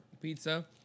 pizza